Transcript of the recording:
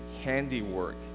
handiwork